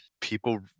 people